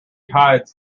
hides